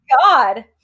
God